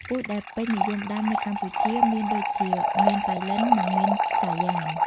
ពូជដែលពេញនិយមដាំនៅកម្ពុជាមានដូចជា មៀនប៉ៃលិន និងមៀនសាយ៉ាម។